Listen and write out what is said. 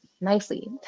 nicely